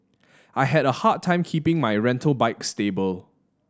I had a hard time keeping my rental bike stable